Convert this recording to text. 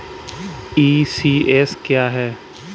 ECS क्या है?